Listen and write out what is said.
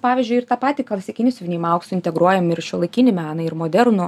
pavyzdžiui ir tą patį klasikinį siuvinėjimą auksu integruojam ir į šiuolaikinį meną ir modernų